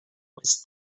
was